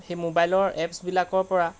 সেই মোবাইলৰ এপছবিলাকৰপৰা